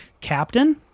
Captain